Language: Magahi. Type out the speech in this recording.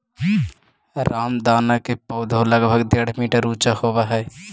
रामदाना के पौधा लगभग डेढ़ मीटर ऊंचा होवऽ हइ